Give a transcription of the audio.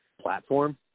platform